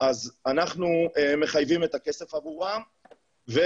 אז אנחנו מחייבים את הכסף עבורם וכמובן